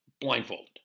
blindfolded